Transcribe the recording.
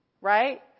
right